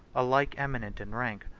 alike eminent in rank,